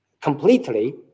completely